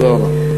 תודה רבה.